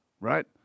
right